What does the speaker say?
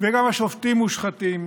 וגם השופטים מושחתים,